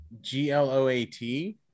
G-L-O-A-T